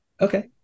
Okay